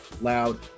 loud